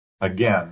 again